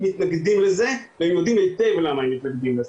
מתנגדים לזה והם יודעים היטב למה הם מתנגדים לזה.